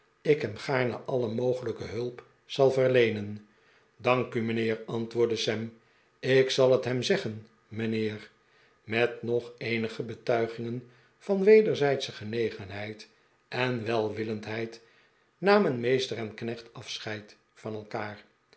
ik hem gaarne alle mogelijke hulp zal verleenen dank u mijnheer antwoordde sam ik zal het hem zeggen mijnheer met nog eenige betuigingen van wederzijdsche genegenheid en welwillendheid namen meester en knecht afscheid van elkaar